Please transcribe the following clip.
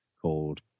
called